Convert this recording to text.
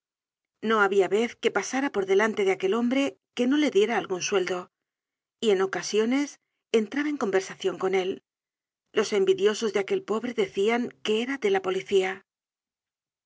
no habia vez que pasara por delante de aquel hombre que no le diera algun sueldo y en ocasiones entraba en conversacion con él los envidiosos de aquel pobre decian que era de la policía